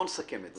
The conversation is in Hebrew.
בואו נסכם את זה.